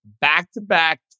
Back-to-back